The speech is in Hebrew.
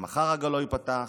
שמחר הגן לא ייפתח,